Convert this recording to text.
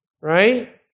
right